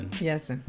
yes